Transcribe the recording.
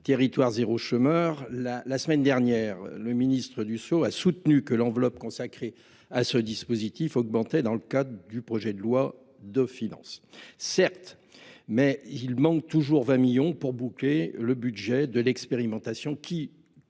de longue durée ». La semaine dernière, le ministre Olivier Dussopt a soutenu que l’enveloppe consacrée à ce dispositif augmentait dans le cadre du projet de loi de finances (PLF). Certes, mais il manque toujours 20 millions d’euros pour boucler le budget de l’expérimentation, qui,